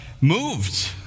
moved